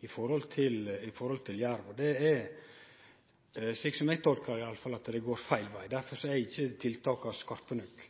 Det går, slik som iallfall eg tolkar det, feil veg. Derfor er ikkje tiltaka skarpe nok.